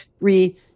re